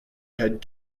had